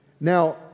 Now